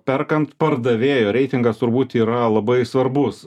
perkant pardavėjo reitingas turbūt yra labai svarbus